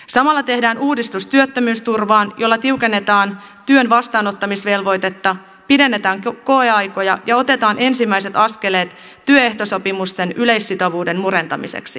samalla tehdään uudistus työttömyysturvaan jolla tiukennetaan työn vastaanottamisvelvoitetta pidennetään koeaikoja ja otetaan ensimmäiset askeleet työehtosopimusten yleissitovuuden murentamiseksi